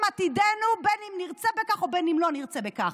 עתידנו קשור בין שנרצה בכך ובין שלא נרצה בכך.